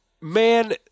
man